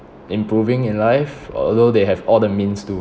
improving in life although they have all the means to